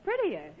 prettier